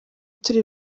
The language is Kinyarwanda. turi